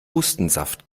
hustensaft